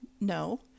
No